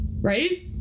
Right